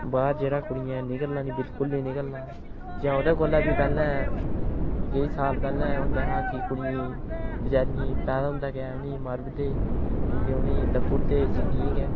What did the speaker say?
बाह्र जेह्ड़ा कुड़ियें दा निकलना बी बिल्कुल निं निकलना जा ओह्दे कोला बी पैह्लें केईं साल पैह्लें होंदा हा की कुड़ियें बचारियें गी पैदा होंदे गै मारी ओड़दे हे क्योंकि उ'नें गी दब्बू ओड़दे हे जिं'दे गै